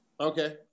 okay